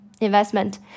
investment